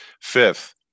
Fifth